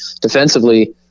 defensively